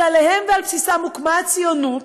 שעליהם ועל בסיסם הוקמה הציונות,